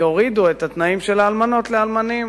שיורידו את התנאים של האלמנות לאלמנים.